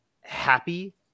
happy